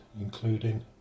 including